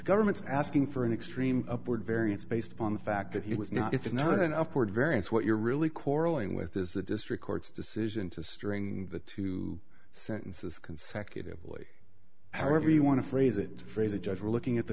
government's asking for an extreme upward variance based upon the fact that he was not it's not an upward variance what you're really quarrelling with is the district court's decision to string the two sentences consecutively however you want to phrase it phrase a judge we're looking at the